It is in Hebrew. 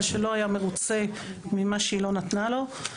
שלא היה מרוצה ממה שהיא לא נתנה לו.